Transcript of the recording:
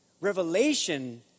revelation